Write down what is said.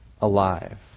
alive